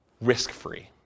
risk-free